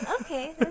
Okay